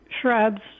shrubs